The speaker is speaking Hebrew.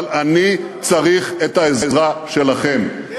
אבל אני צריך את העזרה שלכם,